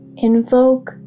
Invoke